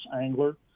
angler